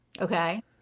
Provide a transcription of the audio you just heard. Okay